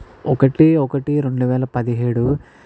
ఒకటి ఒకటి రెండు వేల పదిహేడు